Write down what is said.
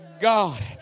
God